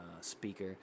speaker